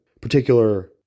particular